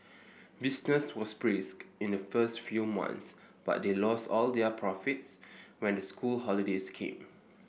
business was brisk in the first few months but they lost all their profits when the school holidays came